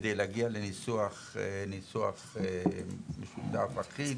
כדי להגיע לניסוח משותף אחיד